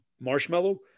marshmallow